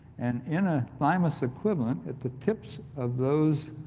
and in a thymus equivalent at the tips of those